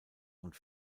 und